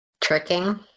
Tricking